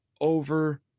over